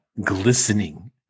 glistening